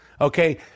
Okay